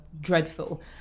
dreadful